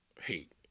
hate